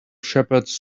shepherds